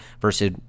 versus